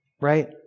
Right